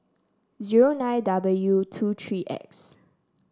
zero nine W two three X